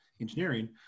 engineering